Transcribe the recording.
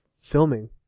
filming